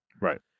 Right